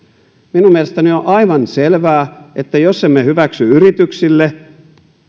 minun mielestäni on on aivan selvää että jos emme hyväksy yrityksille